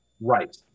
Right